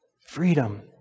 Freedom